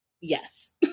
Yes